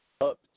up